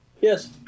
Yes